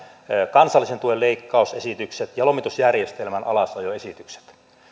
kansallisen tuen leikkausesitykset ja lomitusjärjestelmän alasajoesitykset